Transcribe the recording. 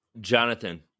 Jonathan